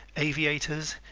aviators,